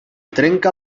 trenca